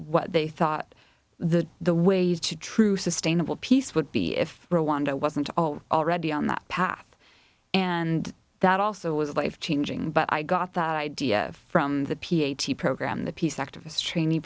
what they thought the the way to true sustainable peace would be if rwanda wasn't all already on that math and that also was life changing but i got that idea from the ph d program the peace activist training